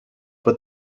but